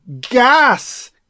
gas